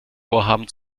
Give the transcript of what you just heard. vorhaben